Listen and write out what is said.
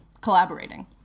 collaborating